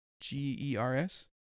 g-e-r-s